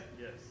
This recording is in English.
Yes